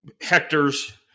Hector's